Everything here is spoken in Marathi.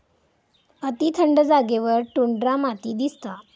अती थंड जागेवर टुंड्रा माती दिसता